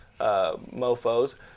mofos